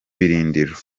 birindiro